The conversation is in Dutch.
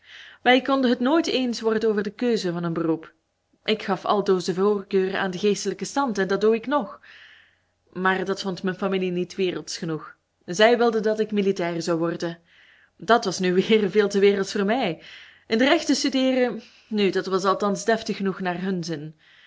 wij konden het nooit eens worden over de keuze van een beroep ik gaf altoos de voorkeur aan den geestelijken stand en dat doe ik nog maar dat vond mijn familie niet wereldsch genoeg zij wilden dat ik militair zou worden dat was nu weer veel te wereldsch voor mij in de rechten studeeren nu dat was althans deftig genoeg naar hun zin